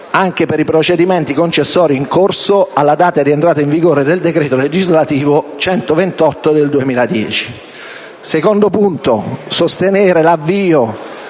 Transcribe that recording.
anche per i procedimenti concessori in corso alla data di entrata in vigore del decreto legislativo n. 128 del 2010. Il secondo punto chiede di sostenere l'avvio